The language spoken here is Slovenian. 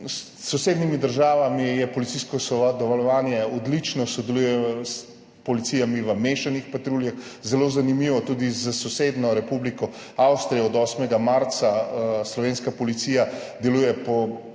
sosednjimi državami je policijsko sodelovanje odlično. Sodeluje s policijami v mešanih patruljah, zelo zanimivo tudi s sosednjo Republiko Avstrijo. Od 8. marca slovenska policija deluje po